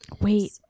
Wait